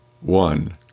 one